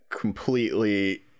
completely